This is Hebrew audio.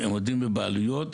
הם עובדים בשלון המקומי,